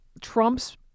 Trump's